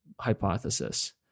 hypothesis